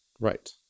Right